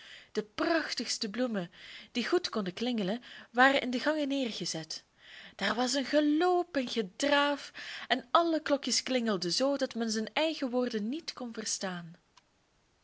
de prachtigste bloemen die goed konden klingelen waren in de gangen neergezet daar was een geloop en gedraaf en alle klokjes klingelden zoo dat men zijn eigen woorden niet kon verstaan